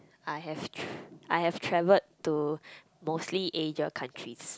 I have tr~ I have travelled to mostly Asia countries